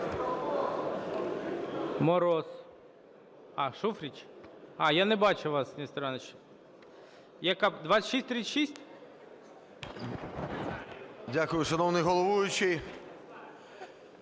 Дякую, шановний головуючий.